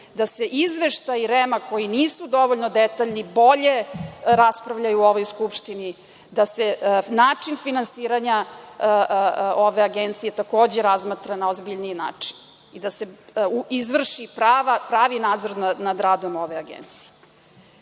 da se izveštaji REM koji nisu dovoljno detaljni bolje raspravljaju u ovoj Skupštini, da se način finansiranja ove Agencije, takođe, razmatra na ozbiljniji način i da se izvrši pravi nadzor nad radom ove agencije. Na